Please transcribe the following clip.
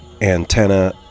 Antenna